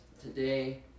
today